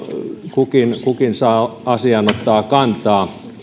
kukin kukin saa asiaan ottaa kantaa